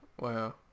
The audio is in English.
wow